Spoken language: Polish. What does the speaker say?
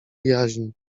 jaźń